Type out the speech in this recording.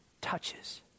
touches